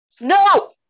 No